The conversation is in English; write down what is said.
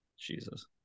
Jesus